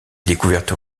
découvertes